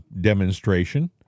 demonstration